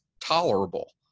tolerable